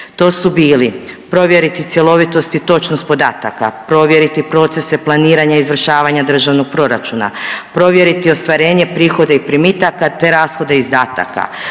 To su bili, provjeriti cjelovitost i točnost podataka, provjeriti procese planiranja izvršavanja Državnog proračuna, provjeriti ostvarenje prihoda i primitaka te rashoda i izdataka,